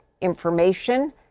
information